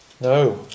No